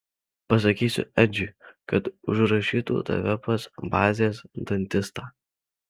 pasakysiu edžiui kad užrašytų tave pas bazės dantistą